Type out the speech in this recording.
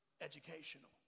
Educational